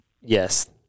yes